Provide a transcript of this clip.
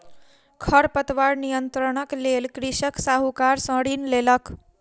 खरपतवार नियंत्रणक लेल कृषक साहूकार सॅ ऋण लेलक